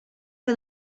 que